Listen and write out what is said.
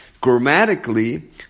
Grammatically